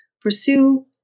pursue